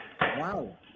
wow